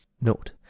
Note